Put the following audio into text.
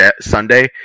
Sunday